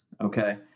Okay